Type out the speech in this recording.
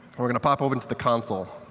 we're going to pop open to the console.